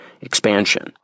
expansion